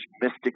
Mystic